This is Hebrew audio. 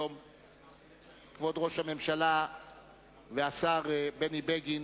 כבוד ראש הממשלה והשר בני בגין,